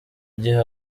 gihe